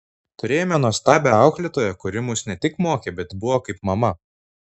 turėjome nuostabią auklėtoją kuri mus ne tik mokė bet buvo kaip mama